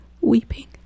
weeping